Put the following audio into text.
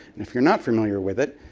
and if you're not familiar with it,